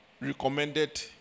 recommended